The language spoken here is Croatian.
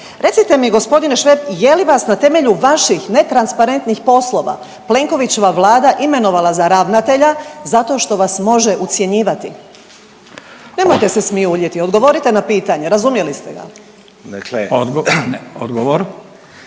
Recite mi g. Šveb je li vas na temelju vaših netransparentnih poslova Plenkovićeva Vlada imenovala za ravnatelja zato što vas može ucjenjivati? Nemojte se smijuljiti odgovorite na pitanje razumjeli ste ga. **Radin,